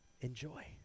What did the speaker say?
enjoy